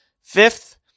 fifth